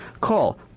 Call